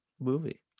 movie